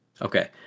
Okay